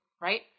right